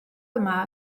yma